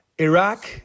Iraq